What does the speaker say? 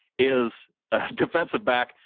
is a defensive back,